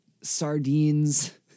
sardines